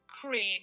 Creed